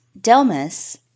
Delmas